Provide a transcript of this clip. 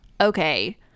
okay